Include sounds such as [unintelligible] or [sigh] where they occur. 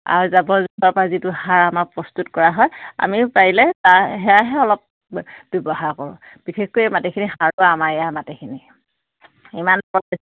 আৰু জাবৰ জোঁথৰৰ পৰা যিটো সাৰ আমাক প্ৰস্তুত কৰা হয় আমিও পাৰিলে তাৰ সেয়াহে অলপ ব্যৱহাৰ কৰোঁ বিশেষকৈ মাটিখিনি সাৰুৱা আমাৰ ইয়াৰ মাটিখিনি ইমান [unintelligible]